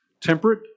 temperate